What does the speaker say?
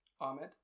Ahmed